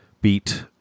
beat